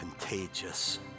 contagious